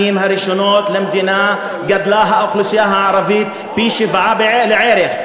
הראשונות למדינה גדלה האוכלוסייה הערבית פי-שבעה בערך.